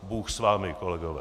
Bůh s vámi, kolegové.